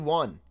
one